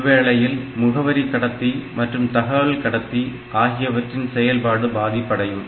இவ்வேளையில் முகவரி கடத்தி மற்றும் தகவல் கடத்தி ஆகியவற்றின் செயல்பாடு பாதிப்படையும்